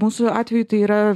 mūsų atveju tai yra